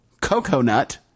coconut